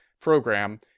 program